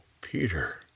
Peter